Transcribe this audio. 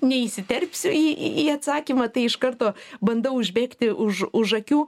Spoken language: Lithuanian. neįsiterpsiu į atsakymą tai iš karto bandau užbėgti už už akių